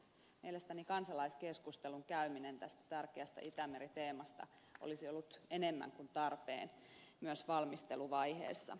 mielestäni kansalaiskeskustelun käyminen tästä tärkeästä itämeri teemasta olisi ollut enemmän kuin tarpeen myös valmisteluvaiheessa